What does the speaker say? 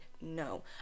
No